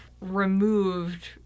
removed